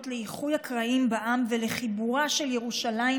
לאיחוי הקרעים בעם ולחיבורה של ירושלים,